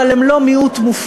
אבל הם לא מיעוט מופלה.